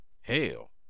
Hell